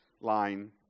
line